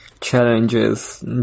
challenges